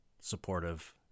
supportive